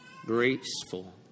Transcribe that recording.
graceful